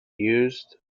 used